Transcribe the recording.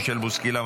מישל בוסקילה,